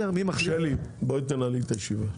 שלי, בואי תנהלי את הישיבה.